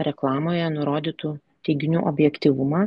reklamoje nurodytų teiginių objektyvumą